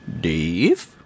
Dave